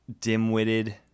dim-witted